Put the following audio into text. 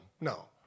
no